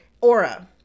aura